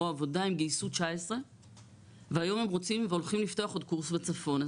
העבודה הם גייסו 19 והיום הם רוצים והולכים לפתוח עוד קורס בצפון.